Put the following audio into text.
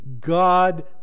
God